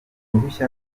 ruhushya